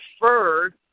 preferred